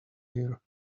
here